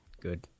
good